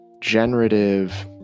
generative